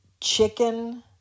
chicken